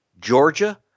Georgia